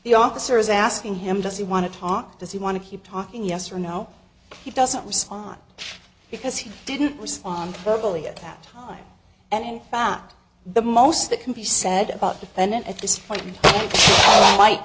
the officer is asking him does he want to talk does he want to keep talking yes or no he doesn't respond because he didn't respond vocally at that time and in fact the most that can be said about defendant at this point might